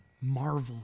Marvel